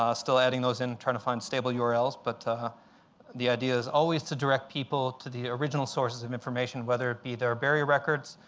ah still adding those and trying to find stable yeah urls, but the idea is always to direct people to the original sources of information, whether it be herbaria records,